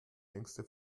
längste